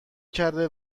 کرده